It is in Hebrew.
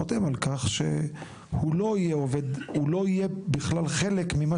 חותם על כך שהוא לא יהיה בכלל חלק ממה